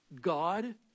God